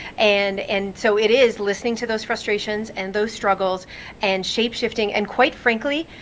and and so it is listening to those frustrations and those struggles and shape-shifting and quite frankly,